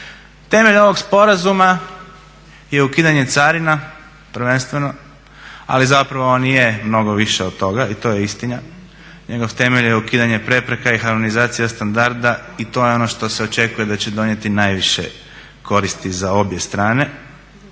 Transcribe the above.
Temelj ovog sporazuma je ukidanje carina prvenstveno ali zapravo on i je mnogo više od toga, i to je istina. Njegov temelj je ukidanje prepreka i harmonizacija standarda i to je ono što se očekuje da će donijeti najviše koristi za obje strane